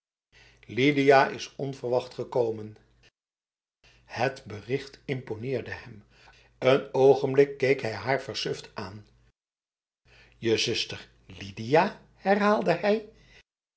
lidia is onverwacht gekomenf het bericht imponeerde hem een ogenblik keek hij haar versuft aan je zuster lidia herhaalde hij